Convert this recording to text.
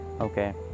okay